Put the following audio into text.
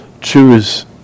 choose